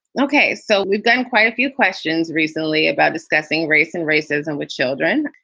ok, so we've gotten quite a few questions recently about discussing race and racism with children.